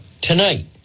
tonight